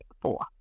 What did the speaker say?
four